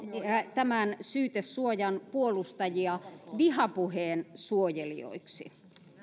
tämän syytesuojan puolustajia vihapuheen suojelijoiksi